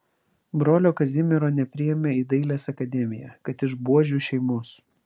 brolio kazimiero nepriėmė į dailės akademiją kad iš buožių šeimos